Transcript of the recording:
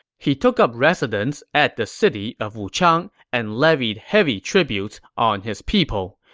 he took up residence at the city of wuchang and levied heavy tributes on his people.